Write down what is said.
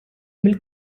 mill